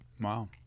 Wow